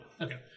Okay